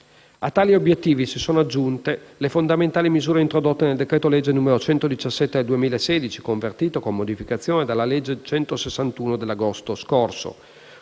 A tali obiettivi si sono aggiunte le fondamentali misure introdotte dal decreto-legge n. 117 del 2016, convertito con modificazioni dalla legge n. 161 dell'agosto 2016,